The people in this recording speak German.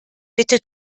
bitte